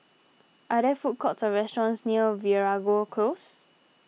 are there food courts or restaurants near Veeragoo Close